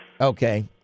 Okay